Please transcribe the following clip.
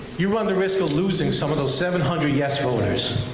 you run the risk of losing some of those seven hundred yes voters.